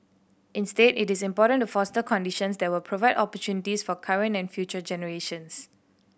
instead it is important to foster conditions that will provide opportunities for current and future generations